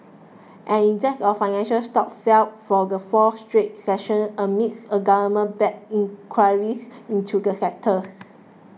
an index of financial stocks fell for the fourth straight session amid a government backed inquiries into the sectors